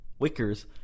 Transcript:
Wickers